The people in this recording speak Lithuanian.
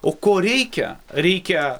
o ko reikia reikia